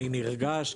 אני נרגש,